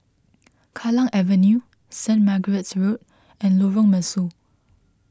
Kallang Avenue Saint Margaret's Road and Lorong Mesu